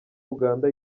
uganda